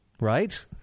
right